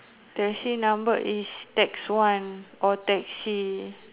taxi number is tax one or taxi